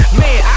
man